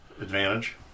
advantage